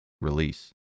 release